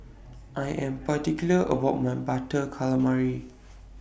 I Am particular about My Butter Calamari